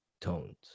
tones